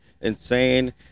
insane